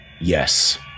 Yes